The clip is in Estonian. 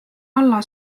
alla